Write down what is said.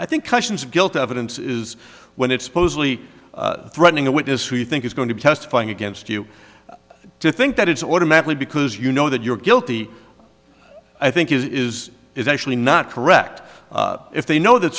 guilt evidence is when it's supposedly threatening a witness who you think is going to be testifying against you to think that it's automatically because you know that you're guilty i think is is actually not correct if they know that